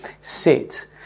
sit